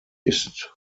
ist